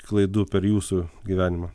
klaidų per jūsų gyvenimą